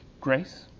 Grace